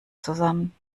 zusammen